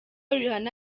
rihanna